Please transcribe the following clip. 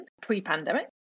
pre-pandemic